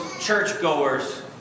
churchgoers